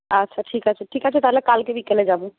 আচ্ছা ঠিক আছে ঠিক আছে তাহলে কালকে বিকেলে যাব